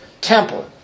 temple